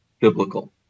biblical